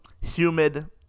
Humid